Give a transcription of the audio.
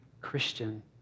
Christian